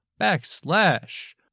backslash